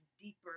deeper